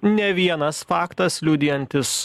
ne vienas faktas liudijantis